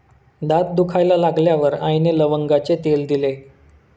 दात दुखायला लागल्यावर आईने लवंगाचे तेल दिले